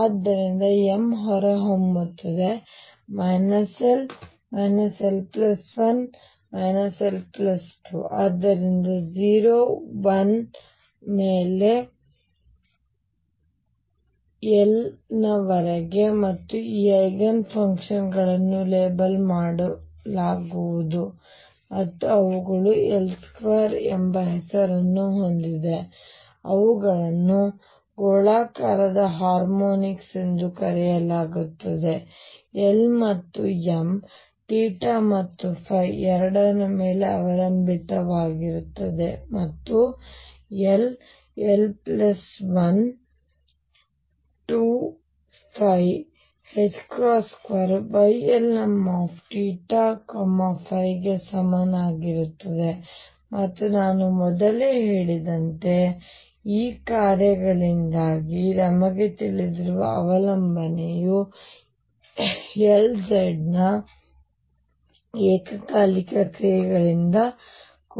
ಆದ್ದರಿಂದ m ಹೊರಹೊಮ್ಮುತ್ತದೆ l l 1 l 2 ಆದ್ದರಿಂದ 0 1 ಮೇಲೆ l ವರೆಗೆ ಮತ್ತು ಈ ಐಗನ್ ಫಂಕ್ಷನ್ ಅನ್ನು ಲೇಬಲ್ ಮಾಡಲಾಗುವುದು ಮತ್ತು ಅವುಗಳು L2 ಎಂಬ ಹೆಸರನ್ನು ಹೊಂದಿವೆ ಅವುಗಳನ್ನು ಗೋಳಾಕಾರದ ಹಾರ್ಮೋನಿಕ್ಸ್ ಎಂದು ಕರೆಯಲಾಗುತ್ತದೆ l ಮತ್ತು m ಮತ್ತು ಎರಡರ ಮೇಲೆ ಅವಲಂಬಿತವಾಗಿರುತ್ತದೆ ಮತ್ತು l l 1 2 2 Ylmθϕ ಗೆ ಸಮನಾಗಿರುತ್ತದೆ ಮತ್ತು ನಾನು ಮೊದಲೇ ಹೇಳಿದಂತೆ ಈ ಕಾರ್ಯಗಳಿಂದಾಗಿ ನಮಗೆ ತಿಳಿದಿರುವ ಅವಲಂಬನೆಯು Lz ನ ಏಕಕಾಲಿಕ ಕ್ರಿಯೆಗಳಿಂದ ಕೂಡಿದೆ